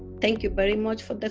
thank you very much for the